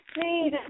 Please